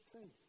faith